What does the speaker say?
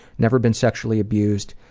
never been sexually abused.